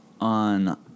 on